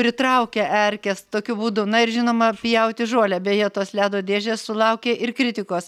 pritraukia erkes tokiu būdu na ir žinoma pjauti žolę beje tos ledo dėžės sulaukė ir kritikos